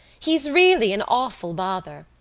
he's really an awful bother,